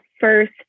first